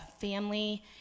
family